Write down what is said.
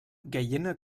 gallina